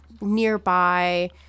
nearby